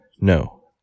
No